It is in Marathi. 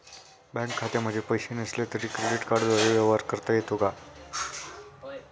बँक खात्यामध्ये पैसे नसले तरी क्रेडिट कार्डद्वारे व्यवहार करता येतो का?